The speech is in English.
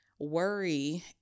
worry